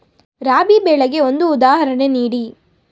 ರಾಬಿ ಬೆಳೆಗೆ ಒಂದು ಉದಾಹರಣೆ ನೀಡಿ